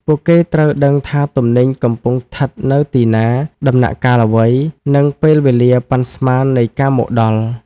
ពួកគេត្រូវដឹងថាទំនិញកំពុងស្ថិតនៅទីណា ដំណាក់កាលអ្វី និងពេលវេលាប៉ាន់ស្មាននៃការមកដល់។